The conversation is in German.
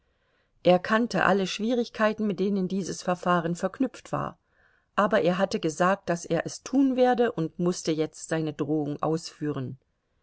er kannte alle schwierigkeiten mit denen dieses verfahren verknüpft war aber er hatte gesagt daß er es tun werde und mußte jetzt seine drohung ausführen